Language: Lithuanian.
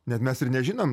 net mes ir nežinom